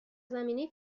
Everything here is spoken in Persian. زمینه